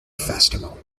festival